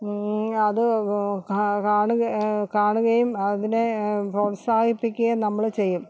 അത് കാ കാണുക കാണുകയും നമ്മൾ അതിനെ പ്രോത്സാഹിപ്പിക്കുകയും നമ്മൾ ചെയ്യും